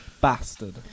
bastard